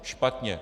Špatně.